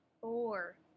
four